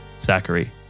Zachary